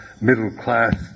middle-class